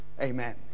Amen